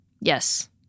Yes